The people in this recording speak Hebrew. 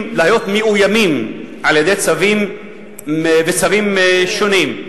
להיות מאוימים על-ידי צווים מצווים שונים.